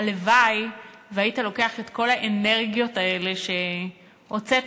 הלוואי שהיית לוקח את כל האנרגיות האלה שהוצאת